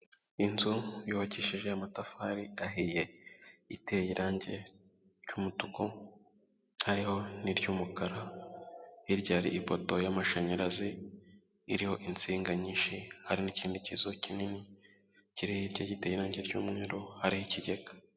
Inzu yubakishije amatafari ahiye, iteye irangi ry'umutuku, hariho n'iry'umukara, hirya hariho ipoto y'amashanyarazi, iriho insinga nyinshi hari n'ikindi kizo kinini, kiri hirya giteye irangi ry'umweru, hari ikigega.